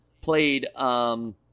played